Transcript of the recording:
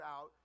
out